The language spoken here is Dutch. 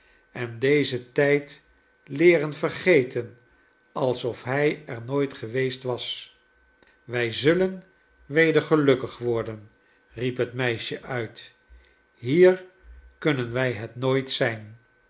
en dezen tijd leeren vergeten alsof hij er nooit geweest was wij zullen weder gelukkig worden riep het meisje uit hier kunnen wij het nooit zijn